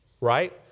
right